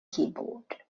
keyboard